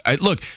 look